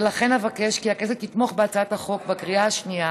ולכן אבקש כי הכנסת תתמוך בהצעת החוק בקריאה השנייה